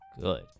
good